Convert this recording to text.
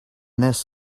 this